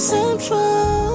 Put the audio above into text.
Central